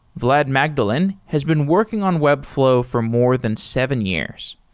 vlad magdalin has been working on webflow for more than seven years.